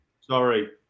Sorry